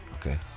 okay